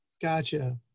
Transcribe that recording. Gotcha